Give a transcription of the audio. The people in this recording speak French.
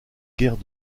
guerres